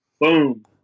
Boom